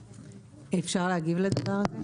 אפשר להגיב לדבר הזה?